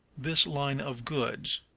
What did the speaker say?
this line of goods.